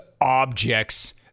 objects